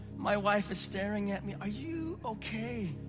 my wife is staring at me. are you okay?